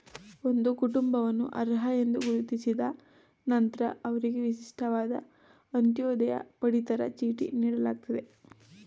ಒಂದು ಕುಟುಂಬವನ್ನು ಅರ್ಹ ಎಂದು ಗುರುತಿಸಿದ ನಂತ್ರ ಅವ್ರಿಗೆ ವಿಶಿಷ್ಟವಾದ ಅಂತ್ಯೋದಯ ಪಡಿತರ ಚೀಟಿ ನೀಡಲಾಗ್ತದೆ